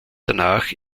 danach